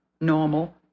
Normal